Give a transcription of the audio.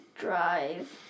drive